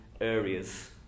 areas